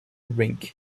rink